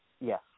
Yes